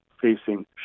facing